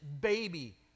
baby